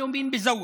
ממשלות